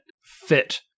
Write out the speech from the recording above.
fit